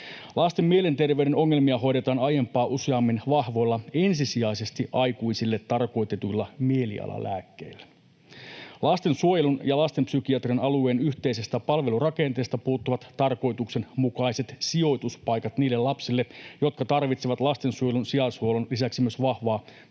Lasten mielenterveyden ongelmia hoidetaan aiempaa useammin vahvoilla, ensisijaisesti aikuisille tarkoitetuilla mielialalääkkeillä. Lastensuojelun ja lastenpsykiatrian alueen yhteisestä palvelurakenteesta puuttuvat tarkoituksenmukaiset sijoituspaikat niille lapsille, jotka tarvitsevat lastensuojelun sijaishuollon lisäksi vahvaa